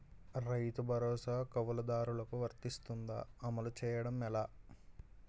రైతు భరోసా కవులుదారులకు వర్తిస్తుందా? అమలు చేయడం ఎలా